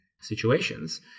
situations